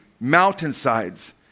mountainsides